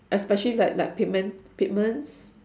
especially like like pigment pigments